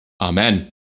Amen